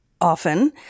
often